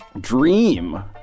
dream